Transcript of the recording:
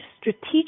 strategic